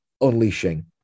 unleashing